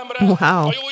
Wow